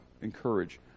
encourage